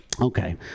Okay